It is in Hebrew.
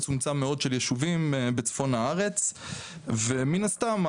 מצומצם של ישובים בצפון הארץ ומן הסתם,